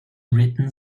written